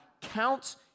counts